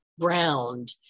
ground